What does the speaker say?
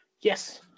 Yes